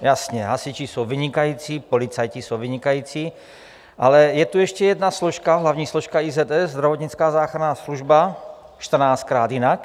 Jasně, hasiči jsou vynikající, policajti jsou vynikající, ale je tu ještě jedna složka, hlavní složka IZS, Zdravotnická záchranná služba čtrnáctkrát jinak.